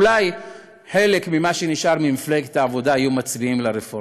אולי חלק ממה שנשאר ממפלגת העבודה היו מצביעים לרפורמים.